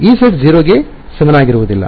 Ez 0 ಗೆ ಸಮನಾಗಿರುವುದಿಲ್ಲ